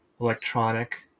electronic